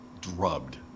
drubbed